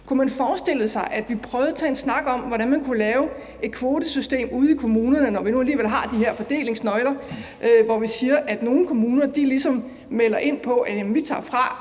Kunne man forestille sig, at vi prøvede at tage en snak om, hvordan man kunne lave et kvotesystem ude i kommunerne, når vi nu alligevel har de her fordelingsnøgler, hvor vi siger, at nogle kommuner ligesom melder ind om, at de tager fra